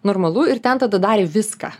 normalu ir ten tada darė viską